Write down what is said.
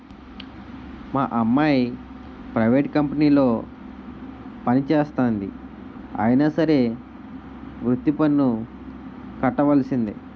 మా అమ్మాయి ప్రైవేట్ కంపెనీలో పనిచేస్తంది అయినా సరే వృత్తి పన్ను కట్టవలిసిందే